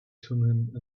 thummim